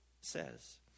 says